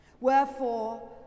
Wherefore